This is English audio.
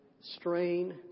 strain